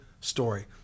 story